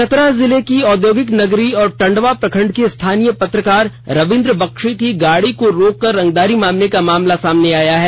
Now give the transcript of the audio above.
चतरा जिले की औद्योगिक नगरी और टंडवा प्रखंड के स्थानीय पत्रकार रवीन्द्र बक्सी की गाड़ी को रोक कर रंगदारी मांगने का मामला सामने आया है